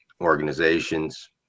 organizations